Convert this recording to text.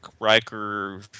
Riker